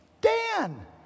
Dan